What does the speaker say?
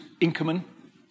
Inkerman